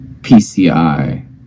PCI